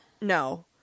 No